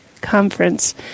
conference